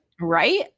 Right